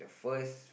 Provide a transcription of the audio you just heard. first